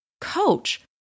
coach